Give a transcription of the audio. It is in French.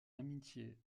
amitié